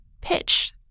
pitch